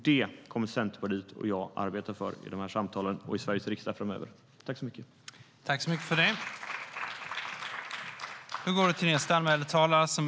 Det kommer Centerpartiet och jag att arbeta för i samtalen och i Sveriges riksdag framöver.I detta anförande instämde Anders Ahlgren .